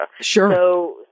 Sure